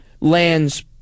lands